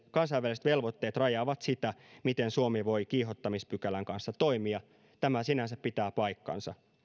kansainväliset velvoitteet rajaavat sitä miten suomi voi kiihottamispykälän kanssa toimia tämä sinänsä pitää paikkansa